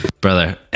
brother